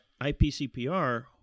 IPCPR